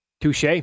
Touche